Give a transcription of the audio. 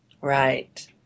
Right